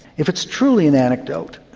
if it's truly an anecdote,